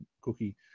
Cookie